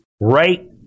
right